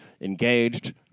engaged